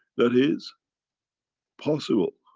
that is possible,